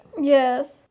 yes